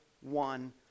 one